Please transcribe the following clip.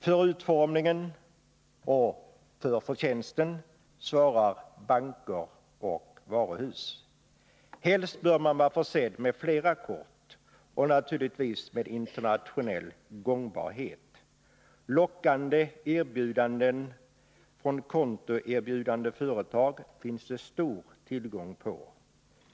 För utformningen — och för förtjänsten — svarar banker och varuhus. Helst bör man vara försedd med flera kort, naturligtvis med internationell gångbarhet. Lockande erbjudanden från kontoerbjudande företag finns det stor tillgång på.